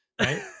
Right